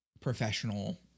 professional